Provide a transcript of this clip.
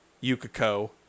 Yukiko